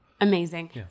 Amazing